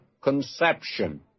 conception